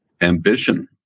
Ambition